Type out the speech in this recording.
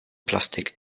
plastik